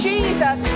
Jesus